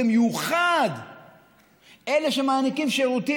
במיוחד אלה שמעניקים שירותים,